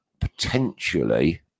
potentially